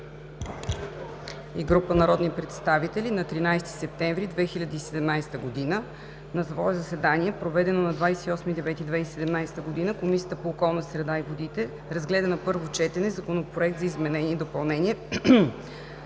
и група народни представители на 13 септември 2017 г. На свое заседание, проведено на 28 септември 2017 г., Комисията по околната среда и водите разгледа на първо четене Законопроект за изменение и допълнение